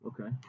Okay